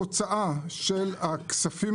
התוצאה של הכספים